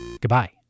Goodbye